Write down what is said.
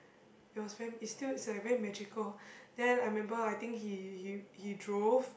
it was very it's still it's like very magical then I remember I think he he he drove